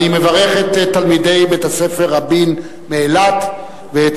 אני מברך את תלמידי בית-הספר "רבין" מאילת ואת